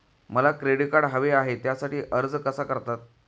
मला credit card हवे आहे त्यासाठी अर्ज कसा करतात?